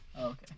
Okay